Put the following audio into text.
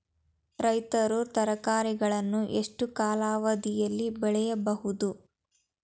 ರೈತರು ತರಕಾರಿಗಳನ್ನು ಎಷ್ಟು ಕಾಲಾವಧಿಯಲ್ಲಿ ಬೆಳೆಯಬಹುದು?